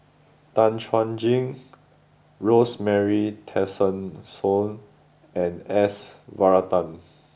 Tan Chuan Jin Rosemary Tessensohn and S Varathan